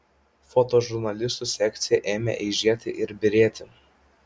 fotožurnalistų sekcija ėmė eižėti ir byrėti